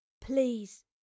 Please